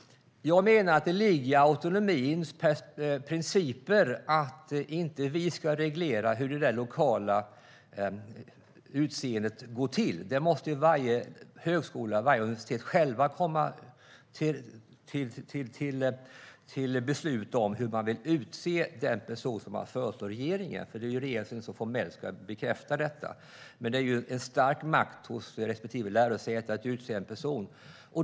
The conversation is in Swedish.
Jag menar att det ligger i autonomins principer att vi inte ska reglera hur det lokala utseendet går till. Varje högskola och universitet måste på egen hand komma till beslut om hur man ska utse den person man föreslår regeringen, som formellt ska bekräfta detta. Det finns en stark makt hos respektive lärosäte att utse en person.